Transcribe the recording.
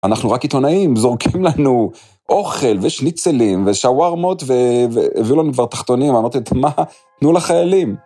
‫אנחנו רק עיתונאים, זורקים לנו אוכל, ‫ושניצלים, ושווארמות, ‫והביאו לנו כבר תחתונים, ‫אמרתי, מה? תנו לחיילים.